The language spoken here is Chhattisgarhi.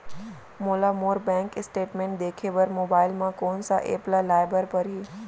मोला मोर बैंक स्टेटमेंट देखे बर मोबाइल मा कोन सा एप ला लाए बर परही?